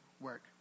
work